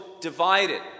divided